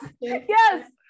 Yes